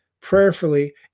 prayerfully